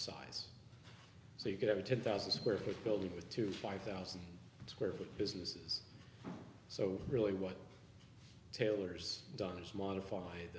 size so you could have a ten thousand square foot building with two five thousand square foot businesses so really what taylor's done is modified